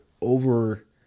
over